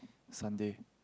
Sunday